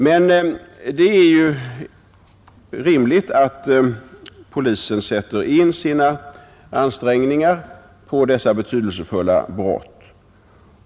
Men det är ju rimligt att polisen sätter in sina ansträngningar på dessa grövre brott.